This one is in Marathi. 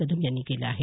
कदम यांनी केलं आहे